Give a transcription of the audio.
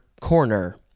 corner